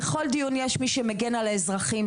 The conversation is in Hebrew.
בכל דיון יש מי שמגן על האזרחים,